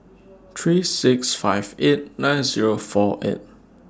three six five eight nine Zero four eight